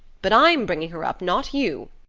but i'm bringing her up, not you.